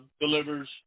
delivers